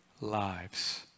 lives